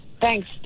thanks